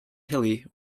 hilly